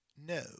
No